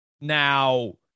Now